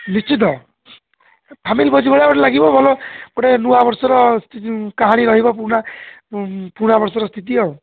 ନିଶ୍ଚିତ ଫାମିଲି ଭୋଜି ଭଳିଆ ଗୋଟେ ଲାଗିବ ଭଲ ଗୋଟେ ନୂଆ ବର୍ଷର କାହାଣୀ ରହିବ ପୁରୁଣା ପୁରୁଣା ବର୍ଷର ସ୍ଥିତି ଆଉ